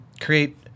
create